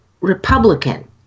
Republican